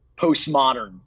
postmodern